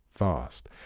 Fast